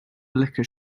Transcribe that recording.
liquor